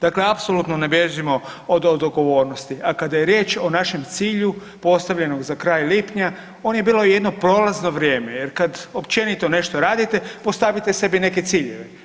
Dakle, apsolutno ne bježimo od odgovornosti, a kada je riječ o našem cilju postavljenog za kraj lipnja on je bilo jedno prolazno vrijeme, jer kada općenito nešto radite postavite sebi neke ciljeve.